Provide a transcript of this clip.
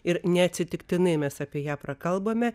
ir neatsitiktinai mes apie ją prakalbome